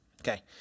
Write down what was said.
Okay